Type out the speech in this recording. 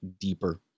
deeper